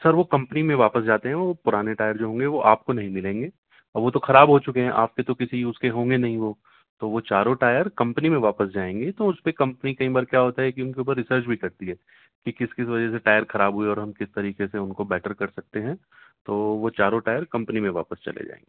سر وہ کمپنی میں واپس جاتے ہیں وہ پرانے ٹائر جو ہوں گے وہ آپ کو نہیں ملیں گے وہ تو خراب ہو چکے ہیں آپ کے تو کسی یوز کے ہوں گے نہیں ہو تو وہ چاروں ٹائر کمپنی میں واپس جائیں گے تو اس پہ کمپنی کئی بار کیا ہوتا ہے کہ ان کے اوپر ریسرچ بھی کرتی ہے کہ کس کس وجہ سے ٹائر خراب ہوئے ہے اور ہم کس طریقے سے ان کو بیٹر کر سکتے ہیں تو وہ چاروں ٹائر کمپنی میں واپس چلے جائیں گے